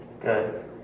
Good